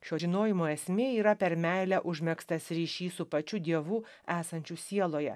šio žinojimo esmė yra per meilę užmegztas ryšys su pačiu dievu esančiu sieloje